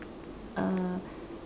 uh